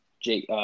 Jake